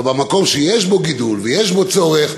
אבל במקום שיש גידול ויש בו צורך,